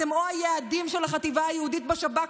אתם או היעדים של החטיבה היהודית בשב"כ